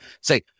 say